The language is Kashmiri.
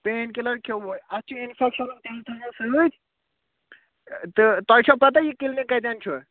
پین کِلَر کھیوٚوُ اَتھ چھِ اِنفیکشَنُک تِم تھٔے زیو سۭتۍ تہٕ تۄہہِ چھو پَتہ یہِ کِلنِک کَتٮ۪ن چھُ